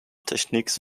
techniques